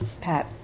Pat